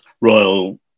royal